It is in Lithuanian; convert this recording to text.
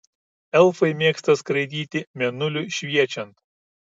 elfai mėgsta skraidyti mėnuliui šviečiant